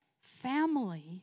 family